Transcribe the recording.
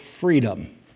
freedom